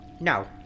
No